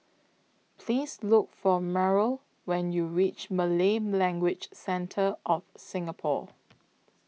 Please Look For Meryl when YOU REACH Malay Language Centre of Singapore